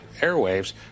airwaves